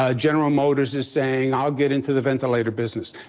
ah general motors is saying i'll get into the ventilator business.